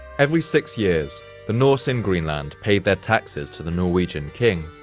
every six years the norse in greenland paid their taxes to the norwegian king,